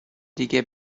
دیگه